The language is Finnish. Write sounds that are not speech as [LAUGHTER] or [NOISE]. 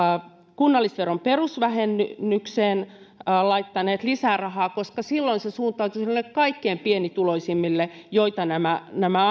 kunnallisveron perusvähennykseen laittaneet lisää rahaa koska se suuntautuu sinne kaikkein pienituloisimmille joita nämä nämä [UNINTELLIGIBLE]